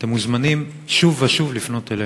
אתם מוזמנים שוב ושוב לפנות אלינו.